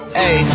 hey